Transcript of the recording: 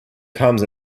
comes